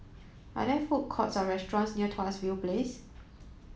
are there food courts or restaurants near Tuas View Place